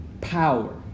Power